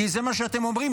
זה מה שאתם אומרים.